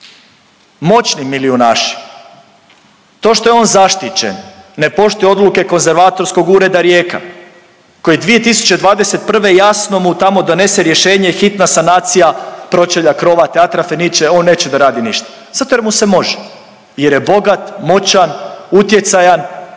moćni milijunaši to što je on zaštićen, ne poštuje odluke Konzervatorskog ureda Rijeka koji 2021. jasno mu tamo donese rješenje hitna sanacija pročelja krova Teatar Fenice on neće da radi ništa. Zato jer mu se može, jer je bogat, moćan, utjecajan.